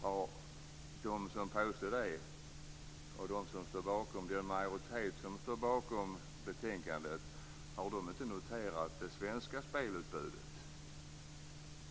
om de som påstår det och den majoritet som står bakom betänkandet inte har noterat det svenska spelutbudet.